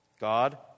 God